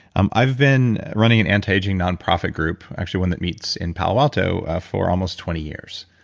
um i've been running an anti-aging non-profit group, actually one that meets in palo alto for almost twenty years.